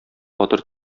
батыр